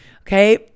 okay